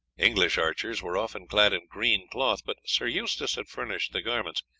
english archers were often clad in green cloth, but sir eustace had furnished the garments,